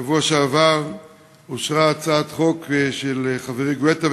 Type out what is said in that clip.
בשבוע שעבר אושרה הצעת חוק של חברי גואטה,